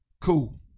cool